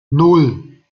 nan